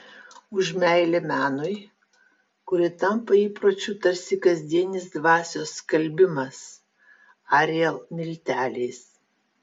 už meilę menui kuri tampa įpročiu tarsi kasdienis dvasios skalbimas ariel milteliais